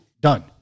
Done